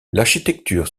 l’architecture